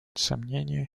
сомнение